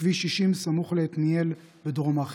בכביש 60 סמוך לעתניאל בדרום הר חברון.